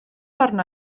arna